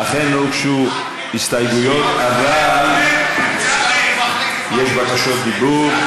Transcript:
אכן, לא הוגשו הסתייגויות, אבל יש בקשות דיבור.